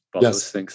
Yes